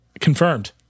Confirmed